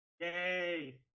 Yay